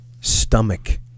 stomach